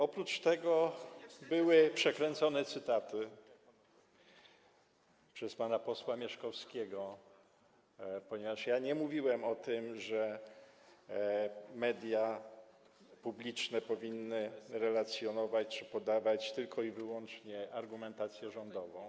Oprócz tego były cytaty przekręcone przez pana posła Mieszkowskiego, ponieważ nie mówiłem o tym, że media publiczne powinny relacjonować czy podawać tylko i wyłącznie argumentację rządową.